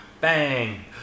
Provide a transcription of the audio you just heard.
bang